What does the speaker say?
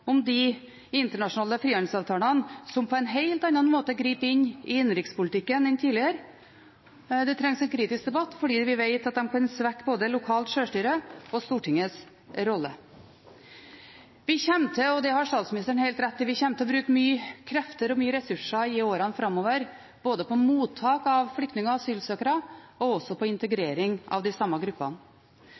om de internasjonale frihandelsavtalene som på en helt annen måte griper inn i innenrikspolitikken enn tidligere, fordi vi vet at de kan svekke både lokalt sjølstyre og Stortingets rolle. Vi kommer til å bruke – det har statsministeren helt rett i – mye krefter og mye ressurser i årene framover både på mottak av flyktninger og asylsøkere og på integrering av de samme gruppene.